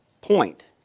point